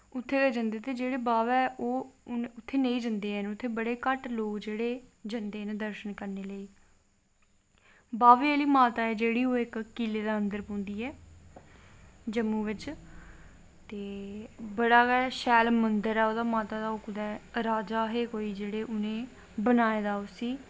उत्थं गै जंदे ते जेह्ड़े बाह्वै ओह् नी जंदे हैन उत्थें बड़े घट्टलोग जेह्ड़े जंदे न दर्शन करनें लेई बाह्वे आह्ली माता ऐ जेह्ड़ी ओह् इक किले दे अन्दर पौंदी ऐ जम्मू बिच्च ते बड़ा गै शैल मन्दर ऐ माता दा राजा हे कोई उनें बनाए दा उसी